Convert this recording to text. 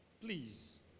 Please